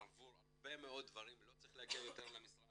עבור הרבה מאוד דברים לא צריך להגיע יותר למשרד